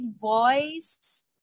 voice